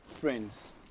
friends